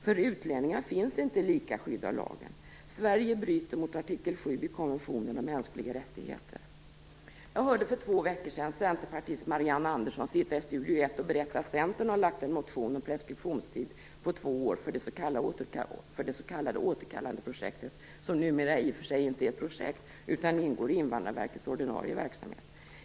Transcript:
För utlänningar finns inte lika skydd av lagen. Sverige bryter mot artikel 7 i konventionen om mänskliga rättigheter. Jag hörde för två veckor sedan Centerpartiets Marianne Andersson sitta i Studio ett och berätta att Centern har väckt en motion om en preskriptionstid på två år för det s.k. återkallandeprojektet, som numera inte är ett projekt utan ingår i Invandrarverkets ordinarie verksamhet.